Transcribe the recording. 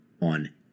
on